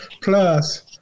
Plus